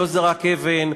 לא זרק אבן,